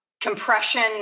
compression